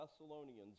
Thessalonians